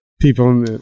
people